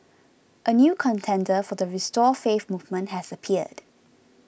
a new contender for the restore faith movement has appeared